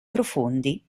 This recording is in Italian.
profondi